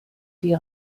die